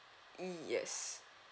yes